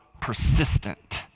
persistent